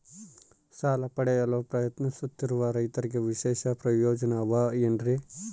ಸಾಲ ಪಡೆಯಲು ಪ್ರಯತ್ನಿಸುತ್ತಿರುವ ರೈತರಿಗೆ ವಿಶೇಷ ಪ್ರಯೋಜನ ಅವ ಏನ್ರಿ?